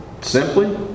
simply